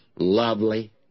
lovely